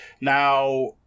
now